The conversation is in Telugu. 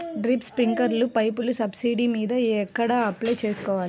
డ్రిప్, స్ప్రింకర్లు పైపులు సబ్సిడీ మీద ఎక్కడ అప్లై చేసుకోవాలి?